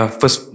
first